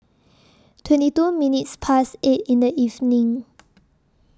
twenty two minutes Past eight in The evening